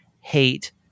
hate